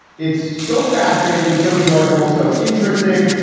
it's so fascinating, so joyful. so interesting.